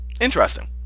Interesting